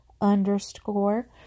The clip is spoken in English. underscore